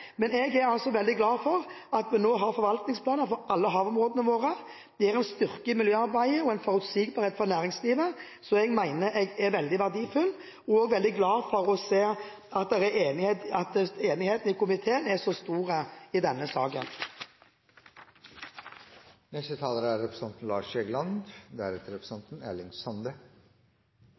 Men jeg er veldig glad for at vi nå har forvaltningsplaner for alle havområdene våre. Det gir en styrke i miljøarbeidet og en forutsigbarhet for næringslivet som jeg mener er veldig verdifull, og jeg er veldig glad for å se at enigheten i komiteen er så stor i denne saken. Nordsjøen og Skagerrak er